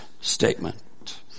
statement